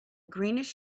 greenish